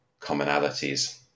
commonalities